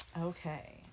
Okay